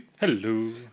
Hello